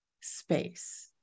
space